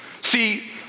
See